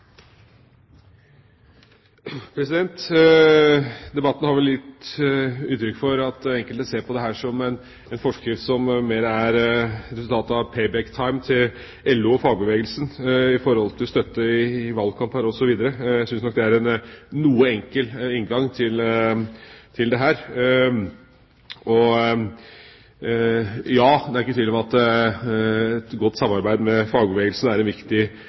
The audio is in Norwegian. resultatet av payback time til LO og fagbevegelsen for støtte i valgkamper osv. Jeg synes det er en noe enkel inngang til dette. Ja, det er ikke noen tvil om at et godt samarbeid med fagbevegelsen er en viktig